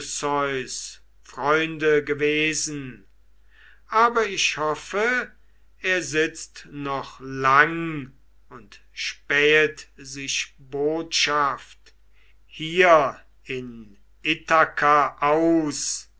freunde gewesen aber ich hoffe er sitzt noch lang und spähet sich botschaft hier in ithaka aus